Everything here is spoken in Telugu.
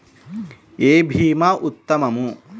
ఏ భీమా ఉత్తమము?